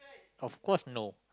of course no